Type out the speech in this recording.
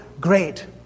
great